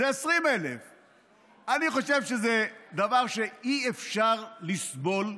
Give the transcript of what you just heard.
זה 20,000. אני חושב שזה דבר שאי-אפשר לסבול,